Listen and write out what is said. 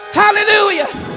hallelujah